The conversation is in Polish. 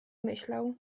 myślał